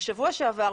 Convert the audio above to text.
שבוע שעבר,